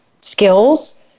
skills